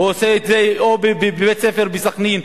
הוא עושה את זה או בבית-ספר בסח'נין,